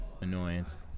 Annoyance